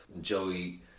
Joey